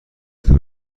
دور